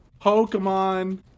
Pokemon